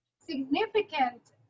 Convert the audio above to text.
significant